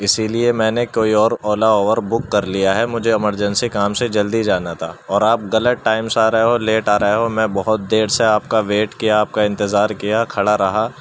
اسی لیے میں نے كوئی اور اولا اوبر بک كر لیا ہے مجھے ایمرجنسی کام سے جلدی جانا تھا اور آپ غلط ٹائم سے آر ہے ہو لیٹ آرہے ہو میں بہت دیر سے آپ کا ویٹ کیا آپ کا انتظار کیا کھڑا رہا